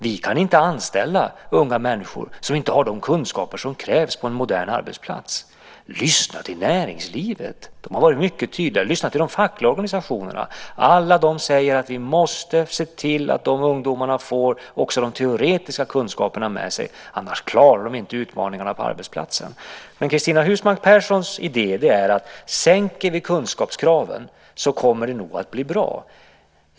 Vi kan inte anställa unga människor som inte har de kunskaper som krävs på en modern arbetsplats. Lyssna till näringslivet! Det har varit mycket tydligt. Och lyssna till de fackliga organisationerna! De säger alla att vi måste se till att de här ungdomarna får också de teoretiska kunskaperna med sig. Annars klarar de inte utmaningarna på arbetsplatserna. Men Cristina Husmark Pehrssons idé är att om vi sänker kunskapskraven kommer det nog att bli bra.